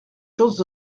choses